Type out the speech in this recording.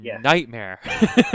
nightmare